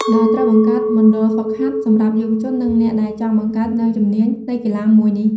ដោយត្រូវបង្កើតមណ្ឌលហ្វឹកហាត់ សម្រាប់យុវជននិងអ្នកដែលចង់បង្កើតនៅជំនាញនៃកីឡាមួយនេះ។